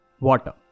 Water